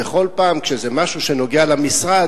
ובכל פעם שזה משהו שנוגע למשרד,